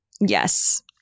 Yes